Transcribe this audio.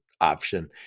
option